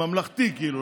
ממלכתי כאילו,